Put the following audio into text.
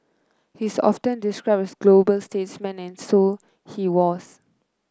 he is often described as a global statesman and so he was